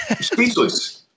speechless